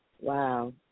Wow